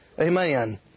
Amen